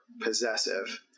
possessive